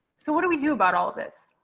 so what do we do about all of this.